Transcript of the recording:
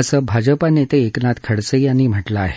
असं भाजपा नेते एकनाथ खडसे यांनी म्हटलं आहे